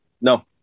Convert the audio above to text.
No